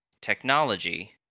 technology